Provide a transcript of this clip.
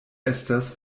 estas